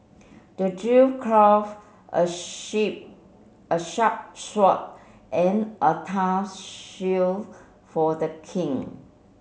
the dwarf craft a shape a sharp sword and a tough shield for the king